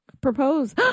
propose